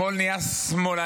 שמאל נהיה "שמאלנים",